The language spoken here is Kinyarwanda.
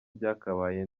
byakabaye